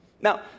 Now